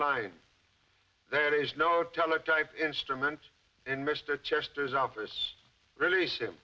line there is no teletype instrument and mr chester's office released him